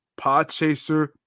Podchaser